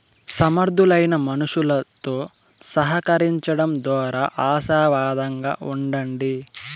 సమర్థులైన మనుసులుతో సహకరించడం దోరా ఆశావాదంగా ఉండండి